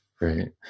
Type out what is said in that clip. Right